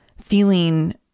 feeling